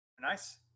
Nice